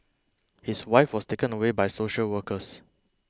his wife was taken away by social workers